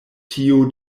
tiu